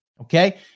Okay